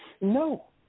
No